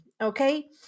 okay